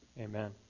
Amen